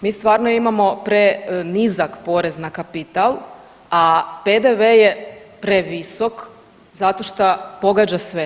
Mi stvarno imamo prenizak porez na kapital, a PDV je previsok zato šta pogađa sve.